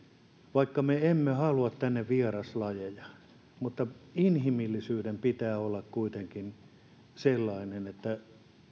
vaikka me emme halua tänne vieraslajeja niin inhimillisyyden pitää kuitenkin olla sellaista että